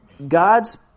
God's